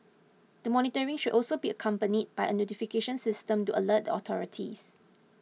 the monitoring should also be accompanied by a notification system to alert the authorities